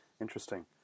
Interesting